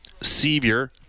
Sevier